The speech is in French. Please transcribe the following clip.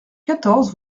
quatorze